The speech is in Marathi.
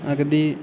अगदी